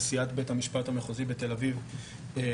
נשיאת בית המשפט המחוזי בתל אביב לשעבר,